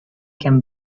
can